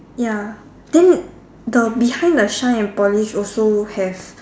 ya then the behind the shine and polish also have